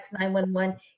911